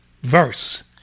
Verse